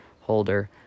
holder